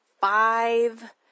Five